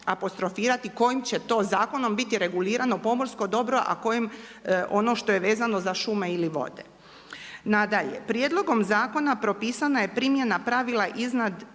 apostrofirati kojim će to zakonom biti regulirano pomorsko dobro a kojim ono što je vezano za šume ili vode. Nadalje, prijedlogom zakona propisana je primjena pravila iznad